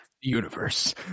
universe